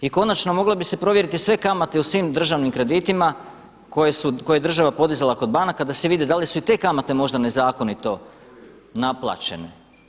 I konačno, mogle bi se provjeriti sve kamate u svim državnim kreditima koje je država podizala kod banaka da se vidi da li su i te kamate možda nezakonito naplaćene.